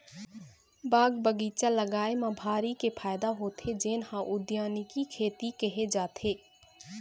बाग बगीचा लगाए म भारी के फायदा होथे जेन ल उद्यानिकी खेती केहे जाथे